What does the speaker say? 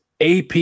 AP